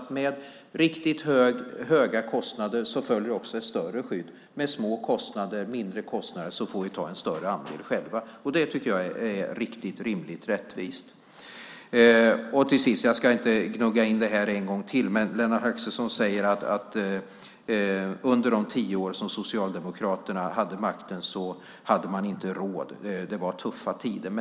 Med riktigt höga kostnader följer ett högre skydd. Med lägre kostnader får vi själva stå för en större andel. Det tycker jag är riktigt, rimligt, rättvist. Låt mig avslutningsvis, utan att gnugga in det ytterligare en gång, nämna det som Lennart Axelsson sade om att Socialdemokraterna under de tio år de hade makten inte hade råd, att det var tuffa tider.